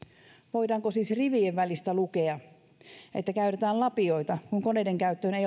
voidaanko siis rivien välistä lukea että käytetään lapioita kun koneiden käyttöön ei